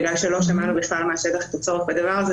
בגלל שלא שמענו בכלל מהשטח את הצורך בדבר הזה